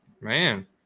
Man